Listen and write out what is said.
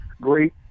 great